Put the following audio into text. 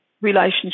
relationship